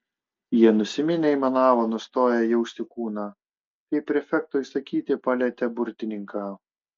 jie nusiminę aimanavo nustoję jausti kūną kai prefekto įsakyti palietė burtininką